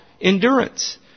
endurance